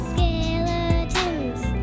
Skeletons